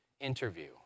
interview